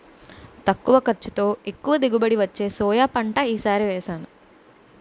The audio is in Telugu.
తక్కువ ఖర్చుతో, ఎక్కువ దిగుబడి వచ్చే సోయా పంట ఈ సారి వేసాను